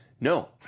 No